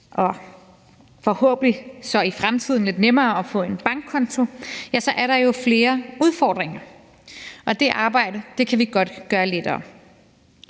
men forhåbentlig lidt nemmer i fremtiden, at få en bankkonto, så er der jo flere udfordringer, og det arbejde kan vi godt gøre lettere.